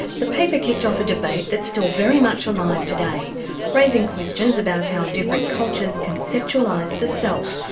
the paper kicked off a debate that's still very much alive today raising questions about how different cultures conceptualise the self,